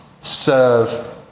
serve